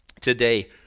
today